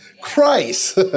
Christ